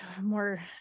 more